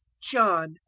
John